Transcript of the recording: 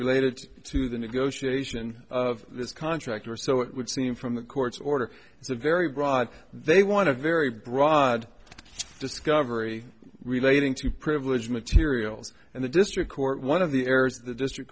related to the negotiation of this contract or so it would seem from the court's order it's a very broad they want to very broad discovery relating to privilege materials and the district court one of the areas the district